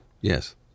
Yes